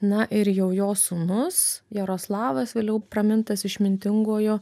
na ir jau jo sūnus jaroslavas vėliau pramintas išmintinguoju